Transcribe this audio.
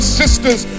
sisters